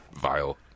vile